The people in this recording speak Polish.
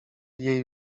jej